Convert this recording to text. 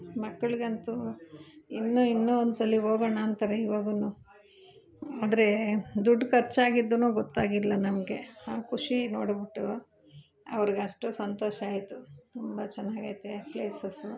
ಮಕ್ಳಿಗಂತೂ ಇನ್ನು ಇನ್ನೂ ಒಂದ್ಸಲಿ ಹೋಗೊಣ ಅಂತಾರೆ ಇವಾಗು ಆದರೆ ದುಡ್ಡು ಖರ್ಚಾಗಿದ್ದು ಗೊತ್ತಾಗಿಲ್ಲ ನಮಗೆ ಆ ಖುಷಿ ನೋಡಿಬಿಟ್ಟು ಅವ್ರಿಗಷ್ಟು ಸಂತೋಷ ಆಯಿತು ತುಂಬ ಚೆನ್ನಾಗೈತೆ ಪ್ಲೇಸಸು